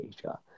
Asia